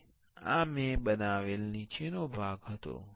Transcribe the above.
અને આ મેં બનાવેલ નીચેનો ભાગ હતો